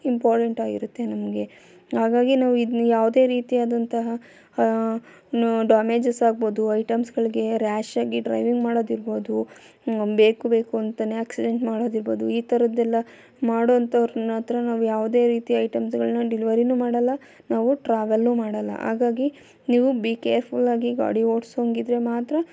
important ಆಗಿರುತ್ತೆ ನಮಗೆ ಹಾಗಾಗಿ ನಾವು ಇದ್ನ ಯಾವುದೇ ರೀತಿ ಆದಂತಹ ಡ್ಯಾಮೇಜಸ್ ಆಗ್ಬೋದು ಐಟೆಮ್ಸ್ಗಳಿಗೆ ರಾಶಾಗಿ ಡ್ರೈವಿಂಗ್ ಮಾಡೋದು ಇರ್ಬೋದು ನಮ್ಮ ಬೇಕು ಬೇಕು ಅಂತಲೇ ಆಕ್ಸಿಡೆಂಟ್ ಮಾಡೋದು ಇರ್ಬೋದು ಈ ಥರದ್ದೆಲ್ಲ ಮಾಡೋವಂಥವ್ರು ಹತ್ತಿರ ನಾವು ಯಾವುದೇ ರೀತಿ ಐಟೆಮ್ಸ್ಗಳನ್ನ ಡೆಲಿವರಿಯೂ ಮಾಡಲ್ಲ ನಾವು ಟ್ರಾವೆಲ್ಲು ಮಾಡಲ್ಲ ಹಾಗಾಗಿ ನೀವು ಬಿ ಕೇರ್ಫುಲಾಗಿ ಗಾಡಿ ಓಡಿಸೋ ಹಂಗೆ ಇದ್ದರೆ ಮಾತ್ರ